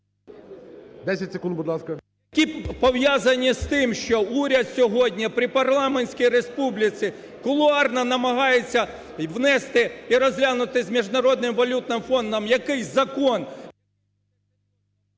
30 секунд, будь ласка.